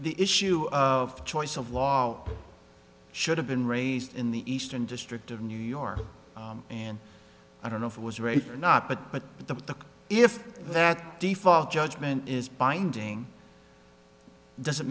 the issue of choice of law should have been raised in the eastern district of new york and i don't know if it was rape or not but but if that default judgment is binding doesn't